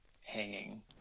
hanging